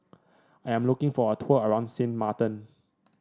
I am looking for a tour around Sint Maarten